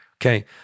okay